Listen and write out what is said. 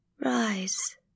Rise